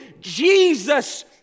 Jesus